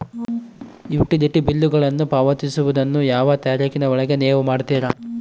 Utility ಬಿಲ್ಲುಗಳನ್ನು ಪಾವತಿಸುವದನ್ನು ಯಾವ ತಾರೇಖಿನ ಒಳಗೆ ನೇವು ಮಾಡುತ್ತೇರಾ?